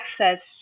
access